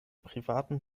privaten